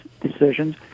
decisions